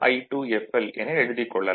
I2fl என எழுதிக் கொள்ளலாம்